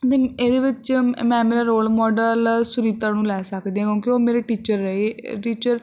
ਅਤੇ ਇਹਦੇ ਵਿੱਚ ਮੈਂ ਮੇਰਾ ਰੋਲ ਮੋਡਲ ਸੁਰੀਤਾ ਨੂੰ ਲੈ ਸਕਦੀ ਹਾਂ ਕਿਉਂਕਿ ਉਹ ਮੇਰੇ ਟੀਚਰ ਰਹੇ ਟੀਚਰ